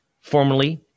formerly